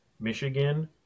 Michigan